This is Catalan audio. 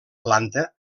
planta